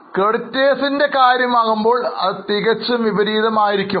Creditors കാര്യം ആകുമ്പോൾ അത് തികച്ചും വിപരീതമായിരിക്കും